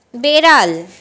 বেড়াল